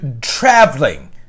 traveling